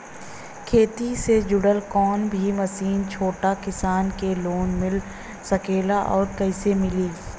खेती से जुड़ल कौन भी मशीन छोटा किसान के लोन मिल सकेला और कइसे मिली?